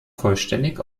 vollständig